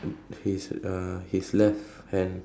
his uh his left hand